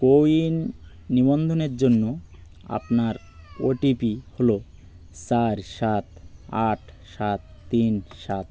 CoWIN নিবন্ধনের জন্য আপনার ও টি পি হলো চার সাত আট সাত তিন সাত